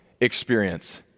experience